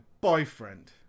boyfriend